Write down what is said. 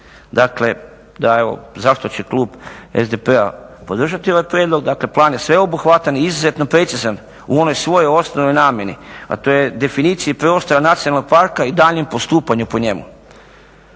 Dakle, evo zašto će klub SDP-a podržati ovaj prijedlog. Dakle, plan je sveobuhvatan i izuzetno precizan u onoj svojoj osnovnoj namjeni a to je definiciji prostora nacionalnog parka i daljnjim postupanjem po njemu.